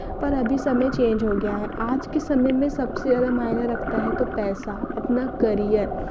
पर अभी समय चेंज हो गया है आज के समय में सबसे ज़्यादा मायने रखता है तो पैसा अपना करियर